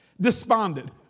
Despondent